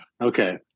Okay